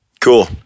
Cool